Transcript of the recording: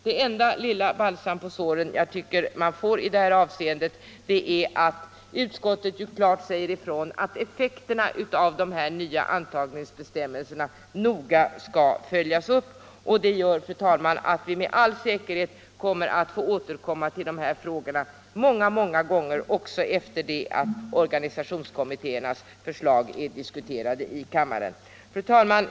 Den enda lilla balsam på såren man kan få i det avseendet är att utskottet klart har sagt ifrån att effekterna av de nya antagningsbestämmelserna skall följas upp noggrant. Detta gör att vi med all säkerhet blir tvungna att återkomma till de här frågorna många gånger, också efter det att organisationskommittéernas förslag är diskuterade här i kammaren. Fru talman!